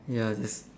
ya just